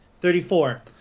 Thirty-four